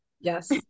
Yes